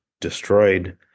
destroyed